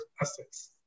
assets